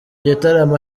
gitaramo